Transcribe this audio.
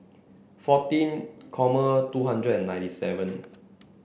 fourteen common two hundred and ninety seven